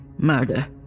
murder